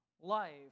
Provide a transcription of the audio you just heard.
life